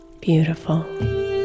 beautiful